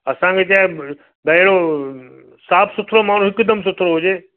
असांखे छाहे ॿाहिरियों साफ़ु सुथरो माण्हू हिकदमि सुठो हुजे